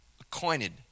acquainted